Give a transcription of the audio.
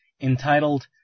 entitled